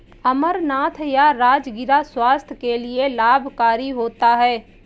अमरनाथ या राजगिरा स्वास्थ्य के लिए लाभकारी होता है